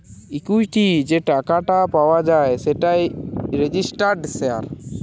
equity যে টাকাটা পাওয়া যায় সেটাই রেজিস্টার্ড শেয়ার